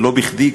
ולא בכדי,